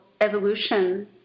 evolution